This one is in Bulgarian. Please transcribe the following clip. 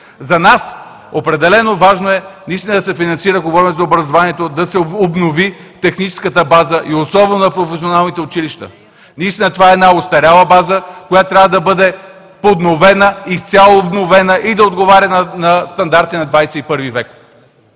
За нас определено е важно наистина да се финансира – говоря за образованието, да се обнови техническата база и особено в професионалните училища. Наистина това е една остаряла база, която трябва да бъде подновена, изцяло обновена и да отговаря на стандартите на XXI век.